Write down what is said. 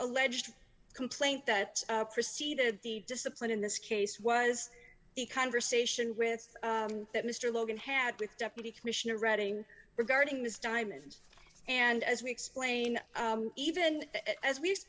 lleged complaint that preceded the discipline in this case was the conversation with that mr logan had with deputy commissioner reading regarding ms diamond and as we explain even as we